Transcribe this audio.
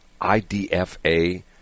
IDFA